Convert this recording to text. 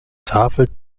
tafel